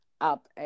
up